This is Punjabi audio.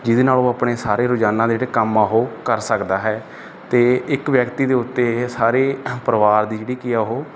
ਜਿਹਦੇ ਨਾਲ ਉਹ ਆਪਣੇ ਸਾਰੇ ਰੋਜ਼ਾਨਾ ਦੇ ਜਿਹੜੇ ਕੰਮ ਆ ਉਹ ਕਰ ਸਕਦਾ ਹੈ ਅਤੇ ਇੱਕ ਵਿਅਕਤੀ ਦੇ ਉੱਤੇ ਇਹ ਸਾਰੇ ਪਰਿਵਾਰ ਦੀ ਜਿਹੜੀ ਕੀ ਆ ਉਹ